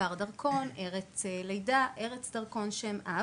מספר דרכון, ארץ לידה, ארץ דרכון ושם אב.